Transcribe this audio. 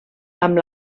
amb